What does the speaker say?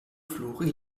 flori